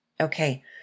Okay